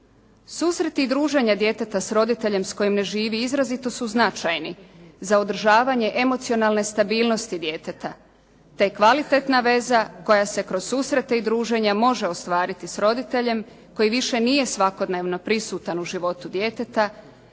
Susreti i druženja djeteta s roditeljem s kojim ne živi izrazito su značajni za održavanje emocionalne stabilnosti djeteta te kvalitetna veza koja se kroz susrete i druženja može ostvariti s roditeljem koji više nije svakodnevno prisutan u životu djeteta